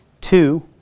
Two